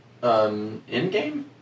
Endgame